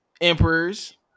emperors